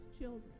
children